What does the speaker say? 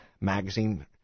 magazine